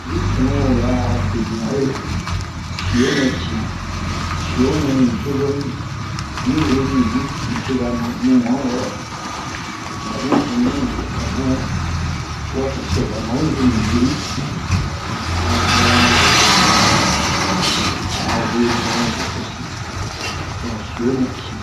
gri cunu wo ɓɛ'a bebiyan uwe siyo nɛ ci siyo nɛ nucozo mi huweni ji nucozo mumɔnnu yɛrɛ ɓami huweni mu ji ho bun waati so ɓa mawe ve ni gri a vɛra mu besosi a a huweni-na mu besosi donk siyo nɛ ci